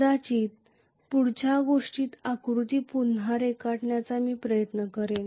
कदाचित पुढच्या गोष्टीत आकृती पुन्हा रेखाटण्याचा मी प्रयत्न करेन